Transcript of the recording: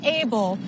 able